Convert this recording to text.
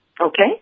Okay